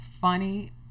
funny